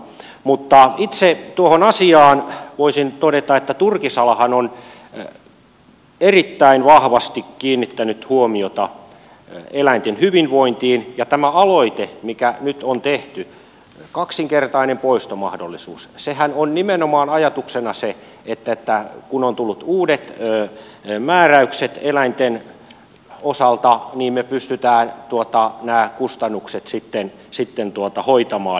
mutta itse tuohon asiaan voisin todeta että turkisalahan on erittäin vahvasti kiinnittänyt huomiota eläinten hyvinvointiin ja tämän aloitteen mikä nyt on tehty kaksinkertainen poistomahdollisuus ajatuksenahan on nimenomaan se että kun ovat tulleet uudet määräykset eläinten osalta niin me pystymme nämä kustannukset sitten hoitamaan